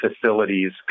facilities